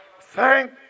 Thank